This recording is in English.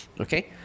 Okay